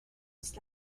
ist